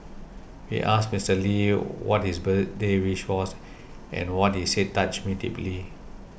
we asked Mister Lee what his birthday wish was and what he said touched me deeply